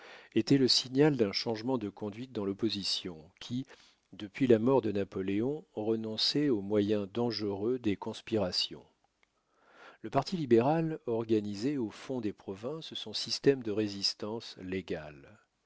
était le signal d'un changement de conduite dans l'opposition qui depuis la mort de napoléon renonçait au moyen dangereux des conspirations le parti libéral organisait au fond des provinces son système de résistance légale